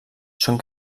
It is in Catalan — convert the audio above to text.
són